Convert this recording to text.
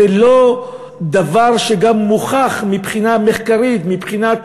זה לא דבר שגם מוכח מבחינה מחקרית, מבחינת